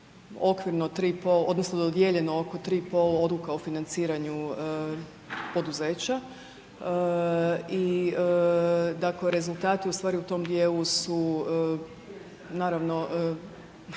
oko 3,5 odluka o financiraju poduzeća i dakle rezultati u stvari u tom dijelu su naravno,